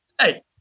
hey